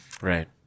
Right